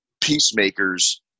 peacemakers